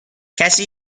کسی